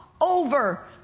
over